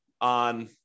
on